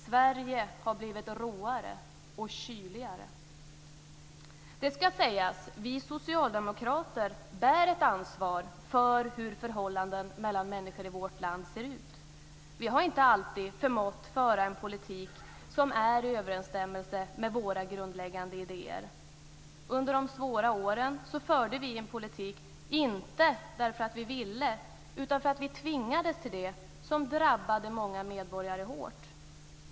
Sverige har blivit råare och kyligare. Det ska sägas att vi socialdemokrater bär ett ansvar för hur förhållanden mellan människor i vårt land ser ut. Vi har inte alltid förmått föra en politik som är i överensstämmelse med våra grundläggande idéer. Under de svåra åren förde vi en politik, inte därför att vi ville utan därför att vi tvingades till det, som drabbade många medborgare hårt.